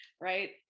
right